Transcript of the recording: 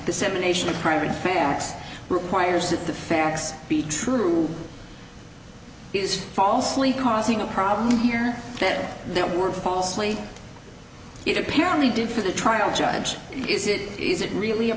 dissemination of private facts requires that the facts be true it's falsely causing a problem here that they were falsely it apparently did for the trial judge is it is it really a